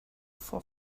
for